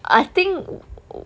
I think